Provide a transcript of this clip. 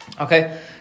Okay